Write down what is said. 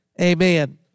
Amen